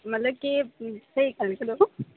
मतलब की स्हेई गल्ल करो